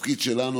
התפקיד שלנו,